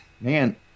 man